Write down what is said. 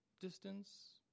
Distance